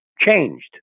changed